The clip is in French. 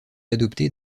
adopté